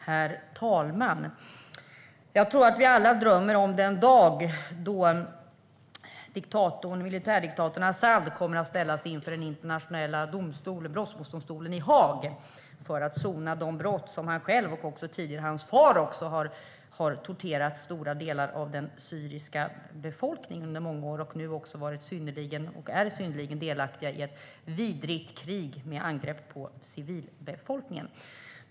Herr talman! Jag tror att vi alla drömmer om den dag då militärdiktatorn Asad ställs inför den internationella brottmålsdomstolen i Haag för att sona de brott som begåtts av honom själv och tidigare också hans far, som torterade stora delar av den syriska befolkningen under många år. Asad är synnerligen delaktig i ett vidrigt krig med angrepp på civilbefolkningen.